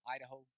Idaho